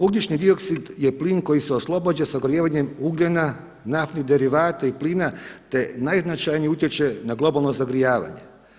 Ugljični dioksid je plin koji se oslobađa sagorijevanjem ugljena, naftnih derivata i plina, te najznačajnije utječe na globalno zagrijavanje.